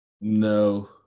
no